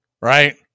right